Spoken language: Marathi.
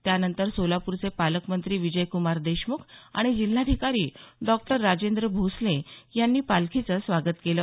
त्यानंतर सोलापूरचे पालकमंत्री विजयकुमार देशमुख आणि जिल्हाधिकारी डॉक्टर राजेंद्र भोसले यांनी पालखीचं स्वागत केलं